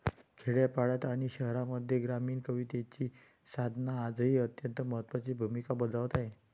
खेड्यापाड्यांत आणि शहरांमध्ये ग्रामीण कवितेची साधना आजही अत्यंत महत्त्वाची भूमिका बजावत आहे